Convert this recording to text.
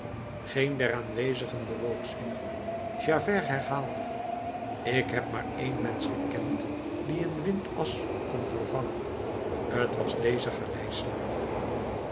geen der aanwezenden bewoog zich javert herhaalde ik heb maar één mensch gekend die een windas kon vervangen t was deze